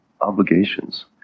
obligations